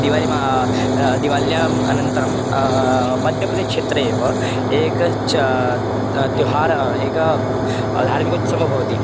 दीवालिं दीवाल्याम् अनन्तरं मध्यप्रदेशक्षेत्रे एव एक च त्युहार एक धार्मिकोत्सवः भवति